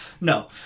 No